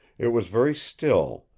it was very still,